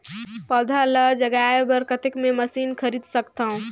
पौधा ल जगाय बर कतेक मे मशीन खरीद सकथव?